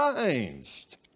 changed